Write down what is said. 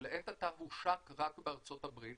שלעת עתה הושק רק בארצות הברית,